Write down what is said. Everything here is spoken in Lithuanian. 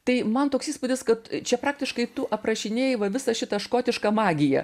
tai man toks įspūdis kad čia praktiškai tu aprašinėji va visą šitą škotišką magiją